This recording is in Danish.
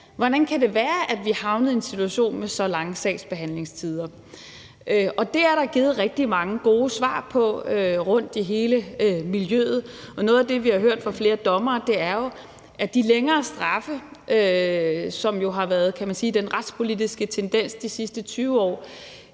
Hvordan kan det være, at vi er havnet i en situation med så lange sagsbehandlingstider? Det er der givet rigtig mange gode svar på rundt i hele miljøet, og noget af det, vi har hørt fra flere dommere, er jo, at de længere straffe, som har været den retspolitiske tendens de sidste 20 år,